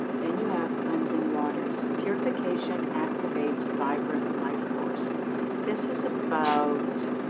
then you have cleansing waters purification activates vibrant life force this is about